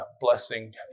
blessing